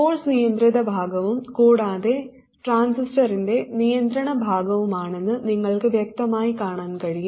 source നിയന്ത്രിത ഭാഗവും കൂടാതെ ട്രാൻസിസ്റ്ററിന്റെ നിയന്ത്രണ ഭാഗവുമാണെന്ന് നിങ്ങൾക്ക് വ്യക്തമായി കാണാൻ കഴിയും